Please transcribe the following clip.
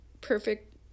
perfect